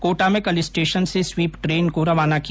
कोटा में कल स्टेशन से स्वीप ट्रेन को रवाना किया